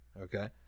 Okay